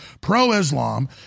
pro-Islam